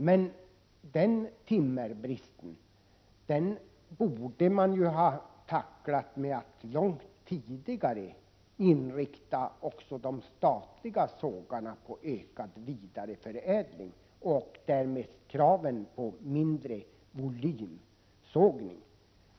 Men timmerbristen borde man ha tacklat långt tidigare, och man borde ha inriktat också de statliga sågarna på ökad vidareförädling och därmed ställt krav på mindre volymsågning.